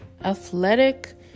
athletic